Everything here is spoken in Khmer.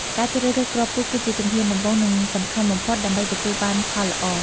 ការជ្រើសរើសគ្រាប់ពូជគឺជាជំហានដំបូង និងសំខាន់បំផុតដើម្បីទទួលបានផលល្អ។